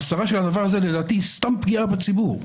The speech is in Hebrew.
ההסרה של הדבר הזה, לדעתי, היא סתם פגיעה בציבור.